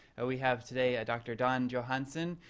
we have today, ah doctor don johanson.